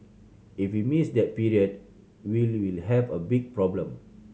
if we miss that period we will have a big problem